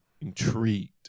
intrigued